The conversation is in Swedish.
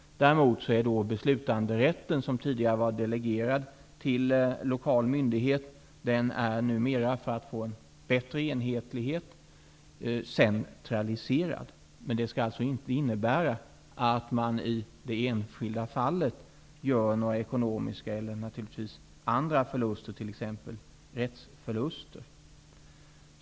Däremot är beslutanderätten, som tidigare var delegerad till lokal myndighet, numera centraliserad, för att vi skall få en bättre enhetlighet. Det skall inte innebära att man i det enskilda fallet gör några ekonomiska eller andra förluster, t.ex. rättsförluster.